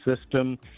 system